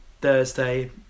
Thursday